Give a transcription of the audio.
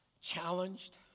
challenged